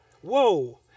Whoa